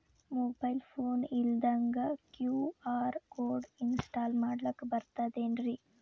Mobile phone ಇಲ್ದಂಗ QR code install ಮಾಡ್ಲಕ ಬರ್ತದೇನ್ರಿ?